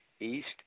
East